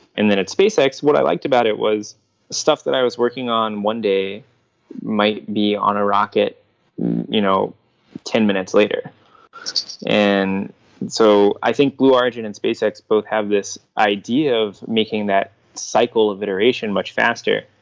and then at spacex, what i liked about it was stuff that i was working on one day might be on a rocket you know ten minutes later and so i think blue origin and spacex both have this idea of making that cycle of iteration much faster.